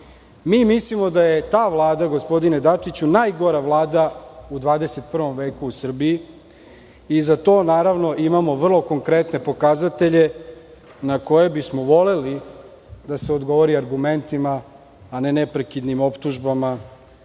menjali? Mislimo da je ta Vlada gospodine Dačiću, najgora Vlada u 21. veku u Srbiji. Za to imamo naravno vrlo konkretne pokazatelje, na koje voleli bismo, da se odgovori argumentima, a ne neprekidnim optužbama